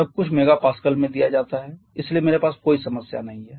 सब कुछ MPa में दिया जाता है इसलिए मेरे पास कोई समस्या नहीं है